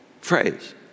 phrase